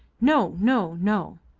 no, no, no!